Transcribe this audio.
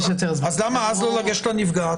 אז למה אז לא לגשת לנפגעת?